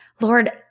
Lord